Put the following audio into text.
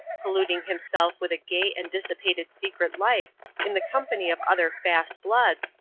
polluting himself with a gay and dissipated secret life in the company of other fast bloods,